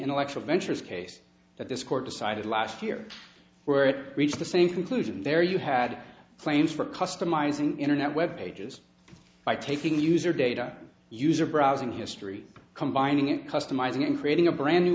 intellectual ventures case that this court decided last year where it reached the same conclusion there you had claims for customizing internet web pages by taking user data user browsing history combining it customising in creating a brand new